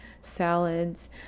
salads